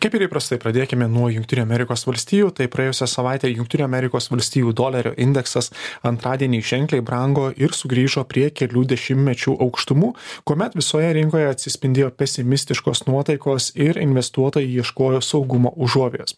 kaip ir įprastai pradėkime nuo jungtinių amerikos valstijų tai praėjusią savaitę jungtinių amerikos valstijų dolerio indeksas antradienį ženkliai brango ir sugrįžo prie kelių dešimtmečių aukštumų kuomet visoje rinkoje atsispindėjo pesimistiškos nuotaikos ir investuotojai ieškojo saugumo užuovėjos